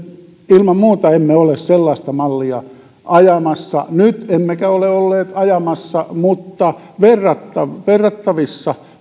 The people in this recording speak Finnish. ilman muuta emme ole sellaista mallia ajamassa nyt emmekä ole olleet ajamassa mutta verrattavissa